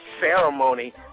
ceremony